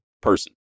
person